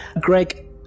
Greg